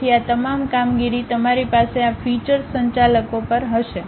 તેથી આ તમામ કામગીરી તમારી પાસે આ ફીચૅસ સંચાલકો પર હશે